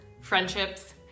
friendships